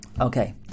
Okay